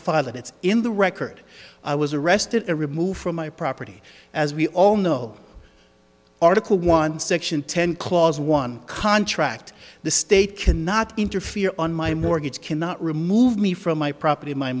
feel that it's in the record i was arrested and removed from my property as we all know article one section ten clause one contract the state cannot interfere on my mortgage cannot remove me from my property my